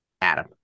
Adam